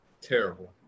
Terrible